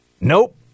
Nope